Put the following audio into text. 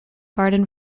garden